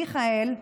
מיכאל,